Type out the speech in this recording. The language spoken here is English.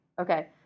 Okay